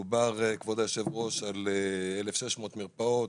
מדובר על 1,600 מרפאות,